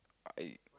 I